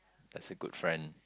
as a good friend